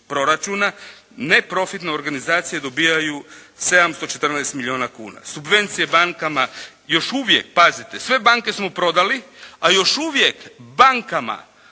Neprofitne organizacije dobijaju 714 milijuna kuna. Subvencije bankama još uvijek, pazite sve banke smo prodali, ali još uvijek bankama